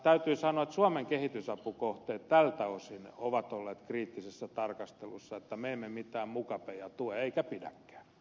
täytyy sanoa että suomen kehitysapukohteet tältä osin ovat olleet kriittisessä tarkastelussa me emme mitään mukabeja tue eikä pidäkään